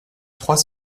trois